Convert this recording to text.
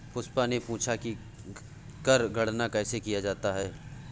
पुष्पा ने पूछा कि कर गणना कैसे किया जाता है?